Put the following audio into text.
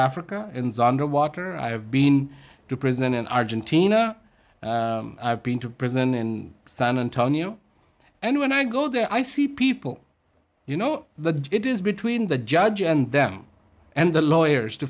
africa ins under water i have been to prison in argentina i've been to prison in san antonio and when i go there i see people you know the it is between the judge and them and the lawyers to